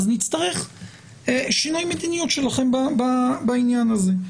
נצטרך שינוי מדיניות שלכם בעניין הזה.